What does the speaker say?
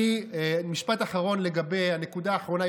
משפט אחרון לגבי הנקודה האחרונה.